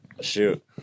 Shoot